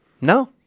No